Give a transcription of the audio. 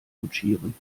kutschieren